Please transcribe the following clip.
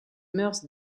mœurs